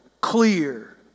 Clear